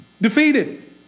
defeated